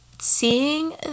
seeing